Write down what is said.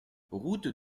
route